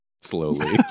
slowly